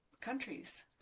countries